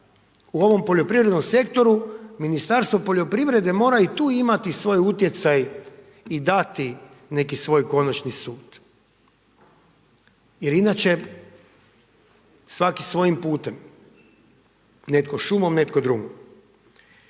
u ovom poljoprivrednom sektoru Ministarstvo poljoprivrede mora i tu imati svoje utjecaj i dati neki svoj konačni sud. Jer inače svaki svojim putem. Netko šumom, netko drumom.